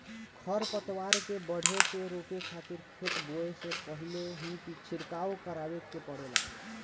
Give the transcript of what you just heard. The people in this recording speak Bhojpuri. खर पतवार के बढ़े से रोके खातिर खेत बोए से पहिल ही छिड़काव करावे के पड़ेला